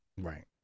Right